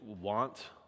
want